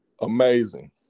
Amazing